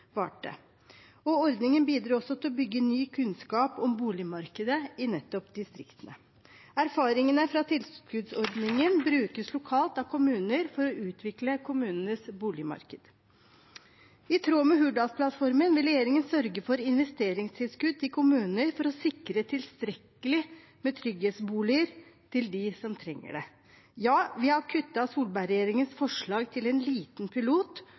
Ordningen bidro også til å bygge ny kunnskap om boligmarkedet i nettopp distriktene. Erfaringene fra tilskuddsordningen brukes lokalt av kommuner for å utvikle kommunenes boligmarked. I tråd med Hurdalsplattformen vil regjeringen sørge for investeringstilskudd til kommuner for å sikre tilstrekkelig med trygghetsboliger til dem som trenger det. Ja, vi har kuttet Solberg-regjeringens forslag til en liten pilot